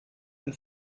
ein